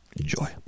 Enjoy